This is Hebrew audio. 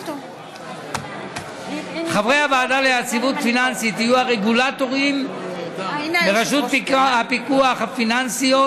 חברי הוועדה ליציבות פיננסית יהיו הרגולטורים ברשויות הפיקוח הפיננסיות.